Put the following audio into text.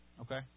Okay